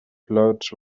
plot